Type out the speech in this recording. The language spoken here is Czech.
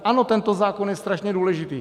Ano, tento zákon je strašně důležitý.